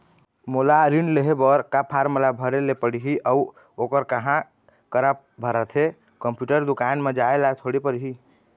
मोला ऋण लेहे बर का फार्म ला भरे ले पड़ही अऊ ओहर कहा करा भराथे, कंप्यूटर दुकान मा जाए ला थोड़ी पड़ही?